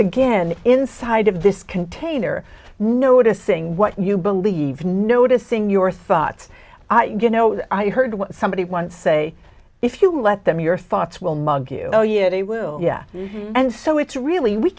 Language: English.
again inside of this container noticing what you believe noticing your thoughts you know i heard somebody once say if you let them your thoughts will mug you oh yeah they will yeah and so it's really we